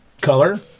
color